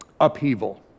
upheaval